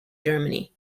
germany